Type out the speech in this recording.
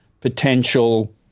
potential